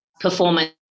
performance